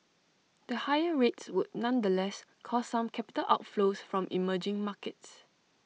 the higher rates would nonetheless cause some capital outflows from emerging markets